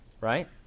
right